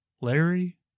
Larry